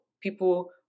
people